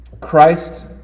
Christ